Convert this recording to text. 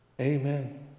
Amen